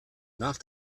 nach